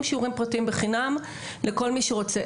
שיעורים פרטיים בחינם לכל מי שרוצה.